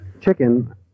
Chicken